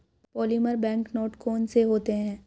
polymer bank note कौन से होते हैं